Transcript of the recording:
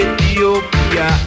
Ethiopia